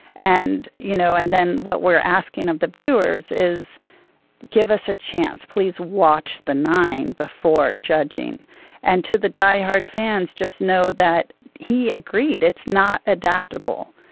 and you know and then what we're asking of the viewers is give us a chance please watch the nine before judging and to the diehard fans just know that he agreed it's not adaptable.